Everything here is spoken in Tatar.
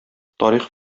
тарих